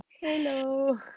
Hello